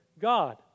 God